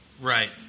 Right